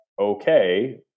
okay